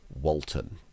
Walton